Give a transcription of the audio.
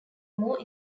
more